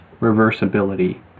reversibility